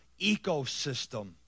ecosystem